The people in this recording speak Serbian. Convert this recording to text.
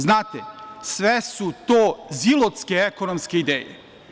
Znate, sve su to zilotske ekonomske ideje.